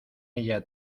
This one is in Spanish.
ella